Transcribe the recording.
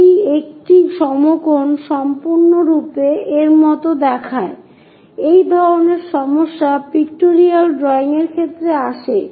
এই একটি সমকোণ সম্পূর্ণরূপে এর মত দেখায় এই ধরনের সমস্যা পিক্টোরিয়াল ড্রয়িং এর ক্ষেত্রে আসে